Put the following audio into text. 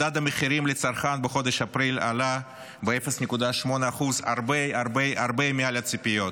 מדד המחירים לצרכן בחודש אפריל עלה ב-0.8% הרבה הרבה מעל הציפיות.